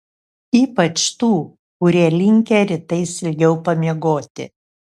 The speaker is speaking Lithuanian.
ypač tų kurie linkę rytais ilgiau pamiegoti